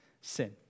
sin